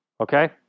okay